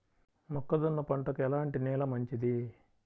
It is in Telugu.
మొక్క జొన్న పంటకు ఎలాంటి నేల మంచిది?